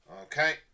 Okay